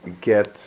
get